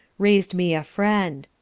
raised me a friend.